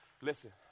Listen